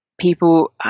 People